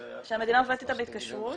אבל --- שהמדינה עובדת איתה בהתקשרות?